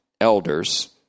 elders